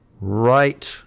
right